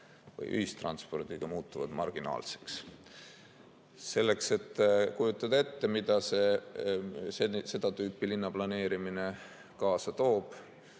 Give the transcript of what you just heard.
või ühistranspordiga liikumine, muutuvad marginaalseks. Selleks et kujutada ette, mida seda tüüpi linnaplaneerimine kaasa toob,